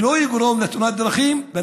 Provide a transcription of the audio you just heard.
ולא יגרום לתאונת דרכים.